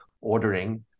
ordering